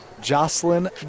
Jocelyn